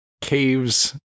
Caves